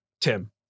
Tim